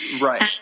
Right